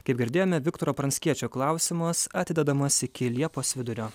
kaip girdėjome viktoro pranckiečio klausimas atidedamas iki liepos vidurio